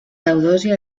teodosi